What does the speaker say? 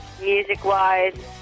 music-wise